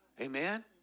Amen